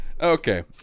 Okay